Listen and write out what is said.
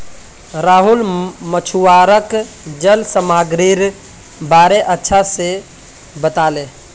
राहुल मछुवाराक जल सामागीरीर बारे अच्छा से बताले